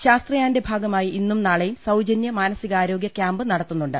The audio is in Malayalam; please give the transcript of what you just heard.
ശാസ്ത്രയാന്റെ ഭാഗമായി ഇന്നും നാളെയും സൌജന്യ മാനസികാരോഗ്യ ക്യാമ്പ് നടത്തുന്നുണ്ട്